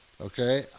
Okay